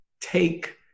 take